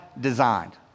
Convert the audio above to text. designed